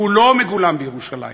כולו מגולם בירושלים.